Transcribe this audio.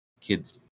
kids